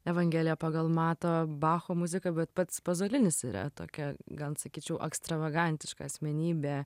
evangelija pagal matą bacho muziką bet pats pazolinis yra tokia gan sakyčiau ekstravagantiška asmenybė